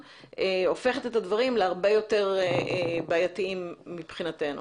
הופכת את הדברים להרבה יותר בעייתיים מבחינתנו.